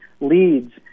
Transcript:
leads